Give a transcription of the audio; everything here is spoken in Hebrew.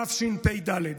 תשפ"ד.